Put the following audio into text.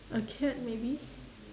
a cat maybe